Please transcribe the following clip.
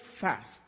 Fast